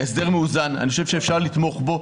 ההסדר מאוזן, אני חושב שאפשר לתמוך בו.